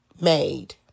made